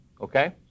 okay